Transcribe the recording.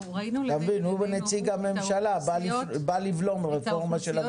נציג הממשלה בא לבלום רפורמה של הממשלה.